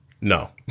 no